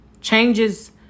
Changes